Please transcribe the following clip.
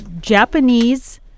Japanese